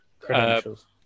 credentials